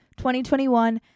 2021